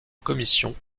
commission